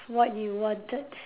what you wanted